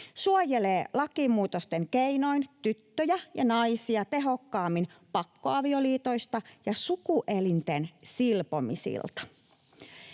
suojelee lakimuutosten keinoin tyttöjä ja naisia tehokkaammin pakkoavioliitoilta ja sukuelinten silpomisilta.